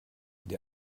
der